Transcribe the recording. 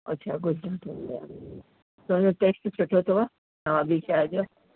अच्छा गुजरात मां टेस्ट सुठो अथव नवाबी शहर जो